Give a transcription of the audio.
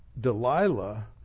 Delilah